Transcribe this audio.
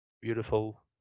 beautiful